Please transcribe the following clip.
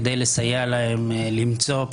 כדי לסייע להם למצוא פתרונות.